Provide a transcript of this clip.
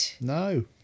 No